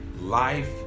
life